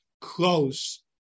close